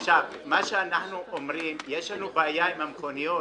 יש לנו בעיה עם המכוניות,